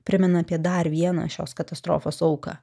primena apie dar vieną šios katastrofos auką